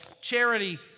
Charity